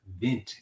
venting